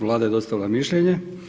Vlada je dostavila mišljenje.